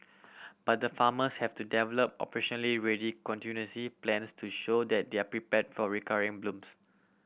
but the farmers have to develop operationally ready contingency plans to show that they are prepared for recurring blooms